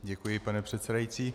Děkuji, pane předsedající.